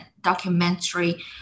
documentary